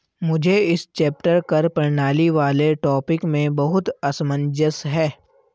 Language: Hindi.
मुझे इस चैप्टर कर प्रणाली वाले टॉपिक में बहुत असमंजस है